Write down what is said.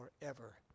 forever